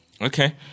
Okay